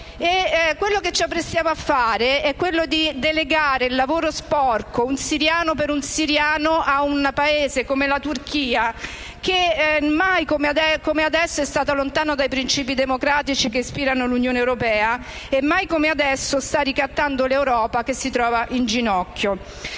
Quello che ci apprestiamo a fare è delegare il lavoro sporco - un siriano per un siriano - a un Paese come la Turchia che, mai come adesso, è stata lontana dai principi democratici che ispirano l'Unione europea e sta ricattando l'Europa, che si trova in ginocchio.